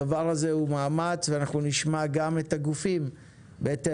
הדבר הזה הוא מאמץ ואנחנו נשמע גם את הגופים בהתאם.